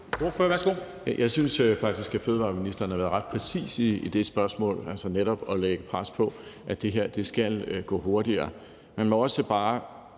Jeg synes faktisk, at fødevareministeren har været ret præcis i forhold til det spørgsmål, altså netop at lægge pres på, at det her skal gå hurtigere. Jeg skal være